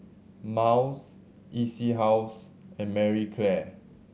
Miles E C House and Marie Claire